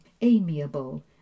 amiable